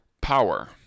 power